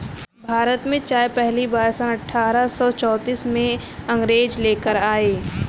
भारत में चाय पहली बार सन अठारह सौ चौतीस में अंग्रेज लेकर आए